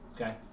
Okay